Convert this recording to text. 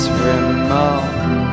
remote